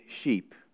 sheep